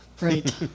right